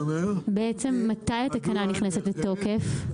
(אומרת דברים בשפת הסימנים,